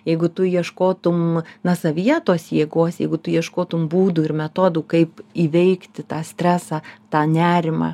jeigu tu ieškotum na savyje tos jėgos jeigu tu ieškotum būdų ir metodų kaip įveikti tą stresą tą nerimą